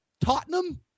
Tottenham